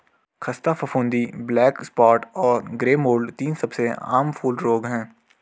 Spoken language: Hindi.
ख़स्ता फफूंदी, ब्लैक स्पॉट और ग्रे मोल्ड तीन सबसे आम फूल रोग हैं